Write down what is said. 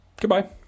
Goodbye